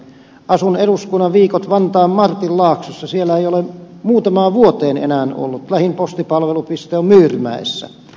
asun eduskunnan viikot vantaan martinlaaksossa siellä ei ole muutamaan vuoteen enää ollut lähin postipalvelupiste on myyrmäessä